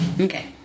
Okay